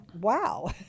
wow